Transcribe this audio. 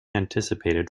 anticipated